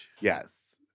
Yes